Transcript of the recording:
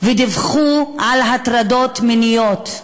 ודיווחו על הטרדות מיניות,